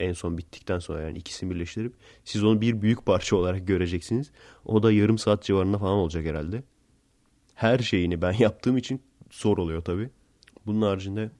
En son bittikten sonra yani ikisini birleştirip siz onu bir büyük parça olarak göreceksiniz. O da yarım saat civarında falan olacak herhalde. Her şeyini ben yaptığım için zor oluyor tabii. Bunun haricinde